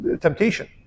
temptation